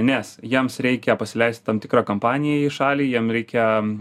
nes jiems reikia pasileist tam tikrą kampaniją į šalį jiem reikia